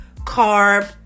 carb